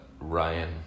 Ryan